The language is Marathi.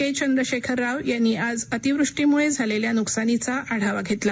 के चंद्रशेखर राव यांनी आज अतिवृष्टीमुळे झालेल्या नुकसानीचा आढावा घेतला